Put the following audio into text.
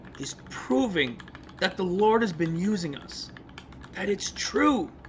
is proving that the lord has been using us that it's true